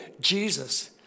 Jesus